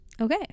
Okay